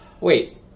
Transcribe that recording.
Wait